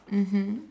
mmhmm